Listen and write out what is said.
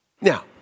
Now